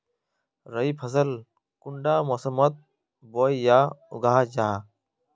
रवि फसल कुंडा मोसमोत बोई या उगाहा जाहा?